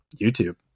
YouTube